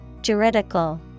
Juridical